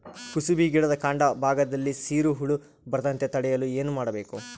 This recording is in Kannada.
ಕುಸುಬಿ ಗಿಡದ ಕಾಂಡ ಭಾಗದಲ್ಲಿ ಸೀರು ಹುಳು ಬರದಂತೆ ತಡೆಯಲು ಏನ್ ಮಾಡಬೇಕು?